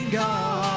god